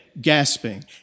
Gasping